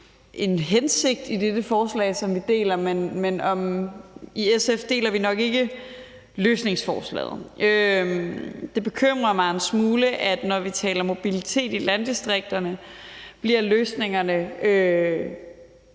en hensigt i dette forslag, som vi deler, men i SF deler vi nok ikke løsningsforslaget. Det bekymrer mig en smule, at når vi taler mobilitet i landdistrikterne, bliver løsningerne